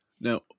Now